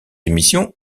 émissions